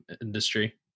industry